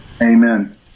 Amen